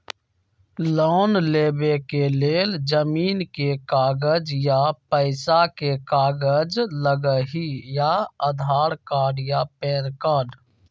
Loan लेवेके लेल जमीन के कागज या पेशा के कागज लगहई या आधार कार्ड या पेन कार्ड?